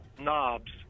knobs